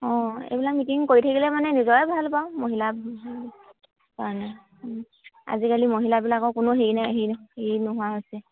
অঁ এইবিলাক মিটিং কৰি থাকিলে মানে নিজৰে ভাল বাৰু মহিলাৰ কাৰণে আজিকালি মহিলাবিলাকৰ কোনো হেৰি নাই হেৰি হেৰি নোহোৱা হৈছে